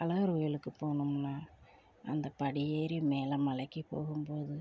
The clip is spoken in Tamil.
அழகர் கோயிலுக்கு போகணும்னா அந்த படி ஏறி மேலே மலைக்கு போகும் போது